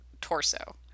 torso